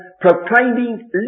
proclaiming